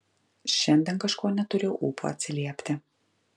šiandien kažko neturėjau ūpo atsiliepti